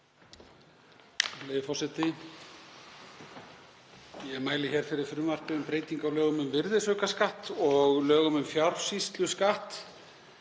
forseti. Ég mæli hér fyrir frumvarpi um breytingu á lögum um virðisaukaskatt og lögum um fjársýsluskatt.